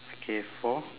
okay four